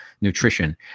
nutrition